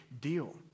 deal